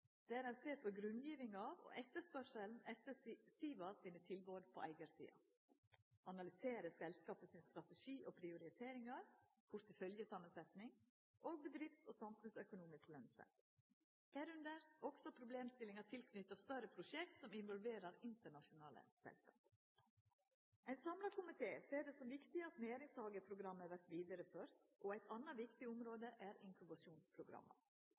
der ein ser på grunngjevinga og etterspurnaden etter SIVA sine tilbod på eigarsida, analyserer selskapet sin strategi og prioriteringar, porteføljesamansetjing og bedrifts- og samfunnsøkonomisk lønsemd, og dessutan ser på problemstillinga knytt til større prosjekt som involverer internasjonale selskap. Ein samla komité ser det som viktig at næringshageprogrammet vert vidareført. Eit anna viktig område er